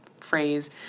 phrase